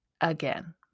again